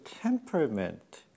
temperament